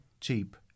cheap